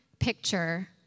picture